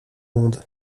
monde